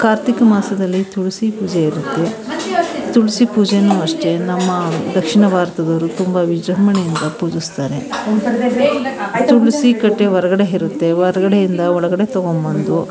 ಕಾರ್ತಿಕ ಮಾಸದಲ್ಲಿ ತುಳಸಿ ಪೂಜೆ ಇರುತ್ತೆ ತುಳಸಿ ಪೂಜೆನೂ ಅಷ್ಟೆ ನಮ್ಮ ದಕ್ಷಿಣ ಭಾರತದವರು ತುಂಬ ವಿಜೃಂಭಣೆಯಿಂದ ಪೂಜಿಸ್ತಾರೆ ತುಳಸಿ ಕಟ್ಟೆ ಹೊರಗಡೆ ಇರುತ್ತೆ ಹೊರಗಡೆಯಿಂದ ಒಳಗಡೆ ತಗೊಂಡ್ಬಂದು